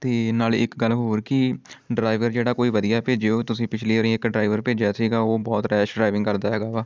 ਅਤੇ ਨਾਲ ਇੱਕ ਗੱਲ ਹੋਰ ਕਿ ਡਰਾਈਵਰ ਜਿਹੜਾ ਕੋਈ ਵਧੀਆ ਭੇਜਿਓ ਤੁਸੀਂ ਪਿਛਲੀ ਵਾਰੀ ਇੱਕ ਡਰਾਈਵਰ ਭੇਜਿਆ ਸੀਗਾ ਉਹ ਬਹੁਤ ਰੈਸ਼ ਡਰਾਈਵਿੰਗ ਕਰਦਾ ਹੈਗਾ ਵਾ